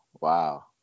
Wow